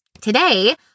today